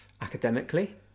academically